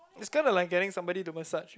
it's kinda like getting somebody to massage you